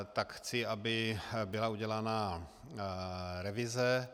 Tak chci, aby byla udělaná revize.